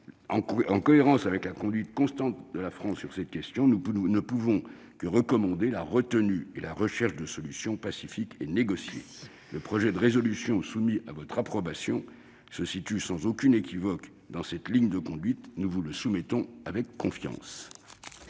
En cohérence avec la conduite constante de la France sur cette question, nous ne pouvons que recommander la retenue et la recherche de solutions pacifiques et négociées. La proposition de résolution soumise à votre approbation, mes chers collègues, s'inscrit sans équivoque dans cette ligne. Nous vous la soumettons par conséquent